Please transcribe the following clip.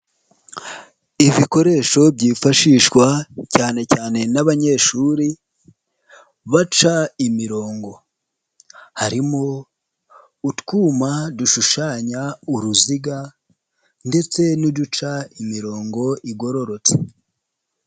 Ibikoresho byifashishwa cyane cyane n'abanyeshuri baca imirongo, harimo utwuma dushushanya uruziga ndetse n'uduca imirongo igororotse.